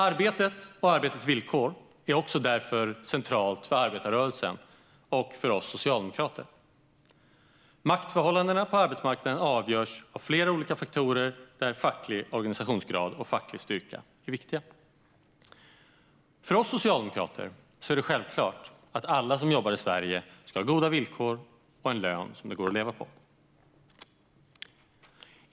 Arbetet och arbetets villkor är centralt också för arbetarrörelsen och för oss socialdemokrater. Maktförhållandena på arbetsmarknaden avgörs av flera olika faktorer där facklig organisationsgrad och facklig styrka är viktiga. För oss socialdemokrater är det självklart att alla som jobbar i Sverige ska ha goda villkor och en lön som det går att leva på.